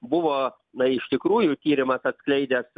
buvo na iš tikrųjų tyrimas atskleidęs